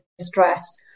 stress